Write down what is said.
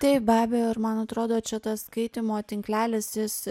taip be abejo ir man atrodo čia tas skaitymo tinklelis jis